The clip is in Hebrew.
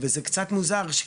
זה קצת מוזר,